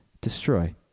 Destroy